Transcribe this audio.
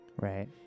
Right